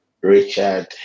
Richard